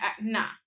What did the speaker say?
nah